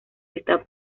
está